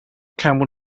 camel